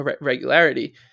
regularity